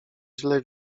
źle